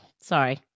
sorry